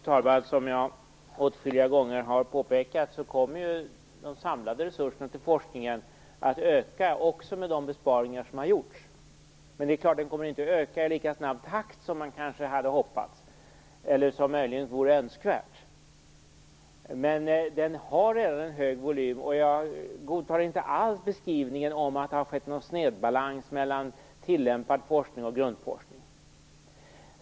Fru talman! Som jag åtskilliga gånger har påpekat kommer de samlade resurserna till forskningen att öka även med de besparingar som har gjorts. Men det är klart, de kommer inte öka i lika snabb takt som man kanske hade hoppats eller som möjligen vore önskvärt. Men volymen är redan hög, och jag godtar inte alls beskrivningen att det har blivit en snedbalans mellan tillämpad forskning och grundforskning.